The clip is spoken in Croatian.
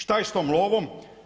Šta je sa tom lovom?